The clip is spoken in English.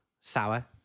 Sour